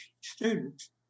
students